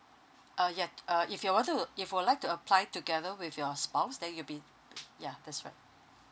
uh ye~ uh if you want to if would like to apply together with your spouse then you'll be ya that's right